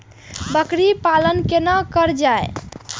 बकरी पालन केना कर जाय?